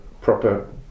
proper